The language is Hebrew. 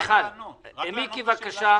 מיקי לוי בבקשה.